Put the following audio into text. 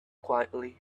quietly